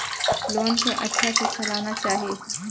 Loan के अच्छा से चलाना चाहि?